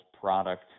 product